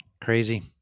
Crazy